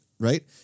Right